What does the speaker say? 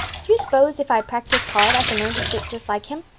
do you s'pose, if i practice hard, i can learn to spit just like him?